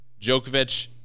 Djokovic